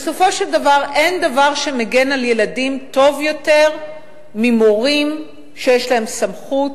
בסופו של דבר אין דבר שמגן על ילדים טוב יותר ממורים שיש להם סמכות,